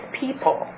people